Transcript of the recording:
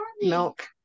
milk